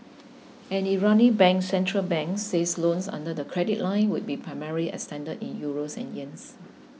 an Iranian bank centre bank said loans under the credit line would be primarily extended in Euros and Yuan